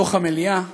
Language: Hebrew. בתוך המליאה,